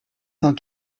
cent